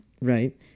Right